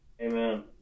Amen